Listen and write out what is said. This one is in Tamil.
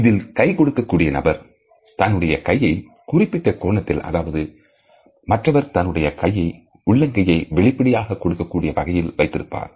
இதில் கை கொடுக்கக் கூடிய நபர் தன்னுடைய கையை குறிப்பிட்ட கோணத்தில் அதாவது மற்றவர் தன்னுடைய கையை உள்ளங்கை வெளிப்படையாக கொடுக்கக்கூடிய வகையில் வைத்திருப்பார்